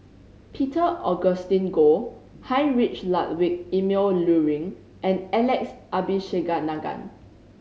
Peter Augustine Goh Heinrich Ludwig Emil Luering and Alex Abisheganaden